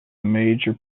major